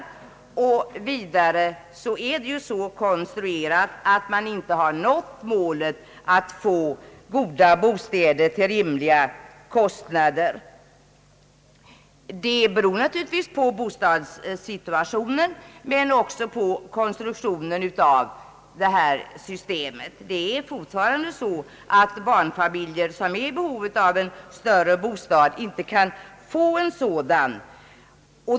Vidare är de så konstruerade att målet att få goda bostäder till rimliga kostnader inte uppnåtts. Det beror naturligtvis på bostadssituationen men också på konstruktionen av detta system. Det förhåller sig fortfarande så att många barnfamiljer som är i behov av en större bostad inte kan få en sådan.